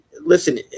listen